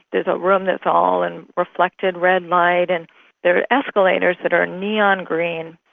there's a room that's all in reflected red light, and there are escalators that are neon green,